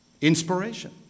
inspiration